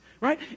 right